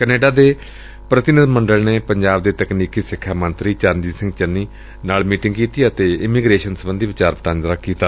Canada ਦੇ ਪ੍ਰਤੀਨਿਧ ਮੰਡਲ ਨੇ ਪੰਜਾਬ ਦੇ ਤਕਨੀਕੀ ਸਿਖਿਆ ਮੰਤਰੀ ਚਰਨਜੀਤ ਸਿੰਘ ਚੰਨੀ ਨਾਲ ਮੀਟਿੰਗ ਕੀਤੀ ਅਤੇ ਇਮੀਗਰੇਸ਼ਨ ਸਬੰਧੀ ਵਿਚਾਰ ਵਟਾਂਦਰਾ ਕੀਤਾ